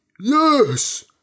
Yes